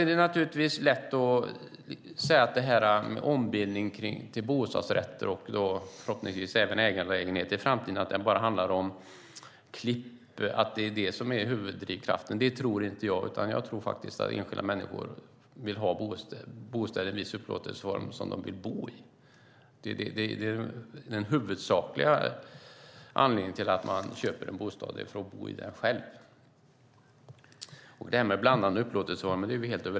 Det är naturligtvis lätt att säga att ombildning till bostadsrätter, och i framtiden förhoppningsvis även ägandelägenheter, bara handlar om klipp och att det är det som är huvuddrivkraften. Men det tror inte jag. Jag tror faktiskt att enskilda människor vill ha bostäder i en viss upplåtelseform för att bo i. Den huvudsakliga anledningen till att man köper en bostad är att man ska bo där själv. Vi är helt överens när det gäller blandade upplåtelseformer.